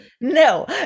No